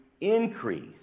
increase